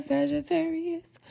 Sagittarius